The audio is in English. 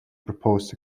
proposed